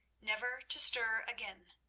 never to stir again.